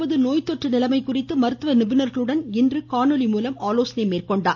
முதலமைச்சர் நோய்த்தொற்று நிலைமை குறித்து மருத்துவ நிபுணர்களுடன் இன்று காணொலி மூலம் ஆலோசனை மேற்கொண்டார்